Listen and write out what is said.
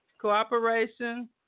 cooperation